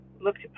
looked